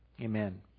amen